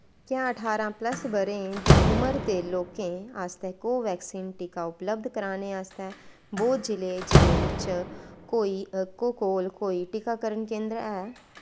क्या ठारां प्लस ब'रें दी उमर दे लोकें आस्तै कोवैक्सीन टीका उपलब्ध कराने आस्तै बौद्ध जि'ले जि'ले च कोई कोल कोई टीकाकरण केंदर है